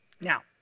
Now